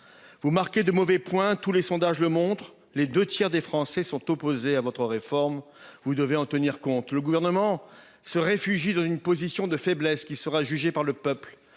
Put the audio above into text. Vous marquez de mauvais points. Tous les sondages le montrent les 2 tiers des Français sont opposés à votre réforme, vous devez en tenir compte. Le gouvernement se réfugie dans une position de faiblesse qui sera jugé par le peuple.